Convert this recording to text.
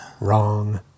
Wrong